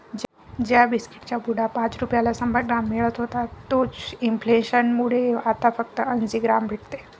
ज्या बिस्कीट चा पुडा पाच रुपयाला शंभर ग्राम मिळत होता तोच इंफ्लेसन मुळे आता फक्त अंसी ग्राम भेटते